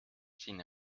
sin